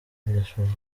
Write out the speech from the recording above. birashoboka